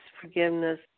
forgiveness